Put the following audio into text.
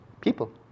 people